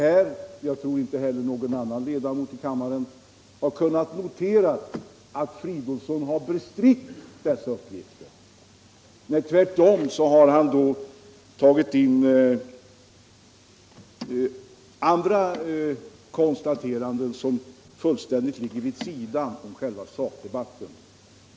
Jag har inte — och inte heller någon annan ledamot av kammaren — kunnat notera att herr Fridolfsson har bestritt dessa uppgifter. Däremot har han gjort konstateranden, som fullständigt ligger vid sidan av själva sakdebatten.